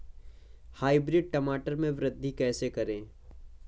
Hybrid टमाटर में वृद्धि कैसे करें?